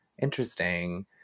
Interesting